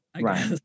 right